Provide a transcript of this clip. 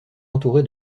entouré